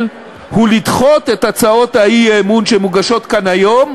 הוא לדחות את הצעות האי-אמון שמוגשות כאן היום,